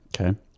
Okay